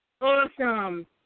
Awesome